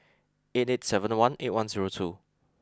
eight eight seven one eight one zero two